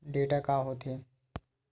Data का होथे?